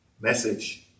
message